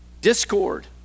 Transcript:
Discord